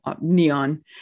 NEON